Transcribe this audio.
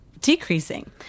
decreasing